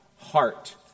heart